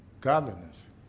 godliness